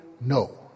no